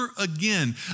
again